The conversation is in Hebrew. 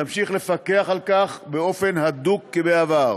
חוק ומשפט תמשיך לפקח על כך באופן הדוק כבעבר.